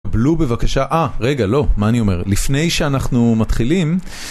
קבלו בבקשה, אה, רגע, לא, מה אני אומר, לפני שאנחנו מתחילים.